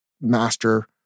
master